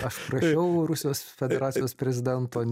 aš prašiau rusijos federacijos prezidento